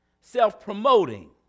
self-promoting